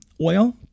Oil